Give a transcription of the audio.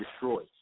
destroyed